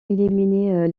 éliminé